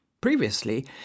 Previously